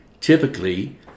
typically